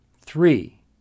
Three